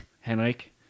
Henrik